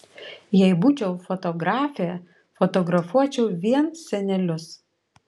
jei būčiau fotografė fotografuočiau vien senelius